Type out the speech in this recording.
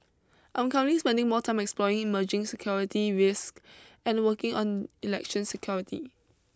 I'm currently spending more time exploring emerging security risks and working on election security